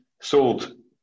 sold